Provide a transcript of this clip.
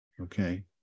okay